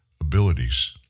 abilities